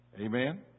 Amen